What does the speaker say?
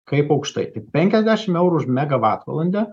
kaip aukštai tik penkiasdešim eurų už megavatvalandę